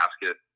basket